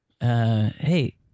Hey